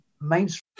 mainstream